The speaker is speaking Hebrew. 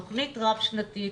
תכנית רב שנתית,